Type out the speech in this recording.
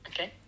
Okay